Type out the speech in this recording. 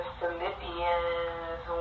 philippians